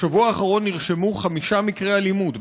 בשבוע האחרון נרשמו חמישה מקרי אלימות,